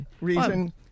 reason